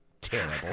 Terrible